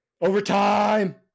Overtime